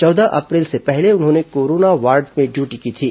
चौदह अप्रैल से पहले उन्होंने कोरोना वार्ड में ड्यूटी की थी